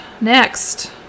Next